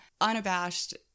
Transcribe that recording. unabashed